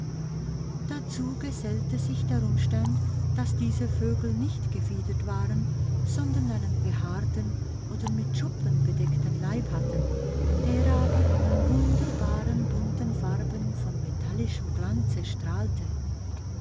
dazu gesellte sich der umstand daß diese vögel nicht gefiedert waren sondern einen behaarten oder mit schuppen bedeckten leib hatten der aber in wunderbaren bunten farben von metallischem glanze strahlte